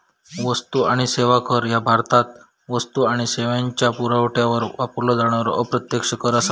वस्तू आणि सेवा कर ह्या भारतात वस्तू आणि सेवांच्यो पुरवठ्यावर वापरलो जाणारो अप्रत्यक्ष कर असा